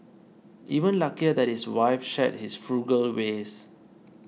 even luckier that his wife shared his frugal ways